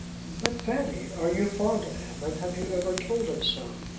but, fanny, are you fond of him and have you ever told him so?